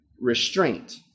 restraint